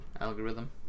algorithm